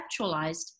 conceptualized